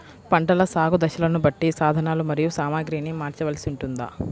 పంటల సాగు దశలను బట్టి సాధనలు మరియు సామాగ్రిని మార్చవలసి ఉంటుందా?